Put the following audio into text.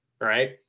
right